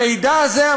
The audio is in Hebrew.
המידע הזה,